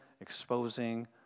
exposing